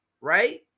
right